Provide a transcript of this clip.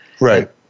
Right